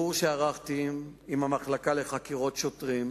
מבירור שערכתי עם המחלקה לחקירות שוטרים